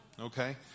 Okay